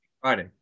Friday